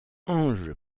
ange